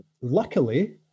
Luckily